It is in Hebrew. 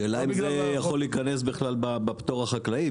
השאלה אם זה יכול להיכנס בכלל בפטור החקלאי,